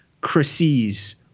crises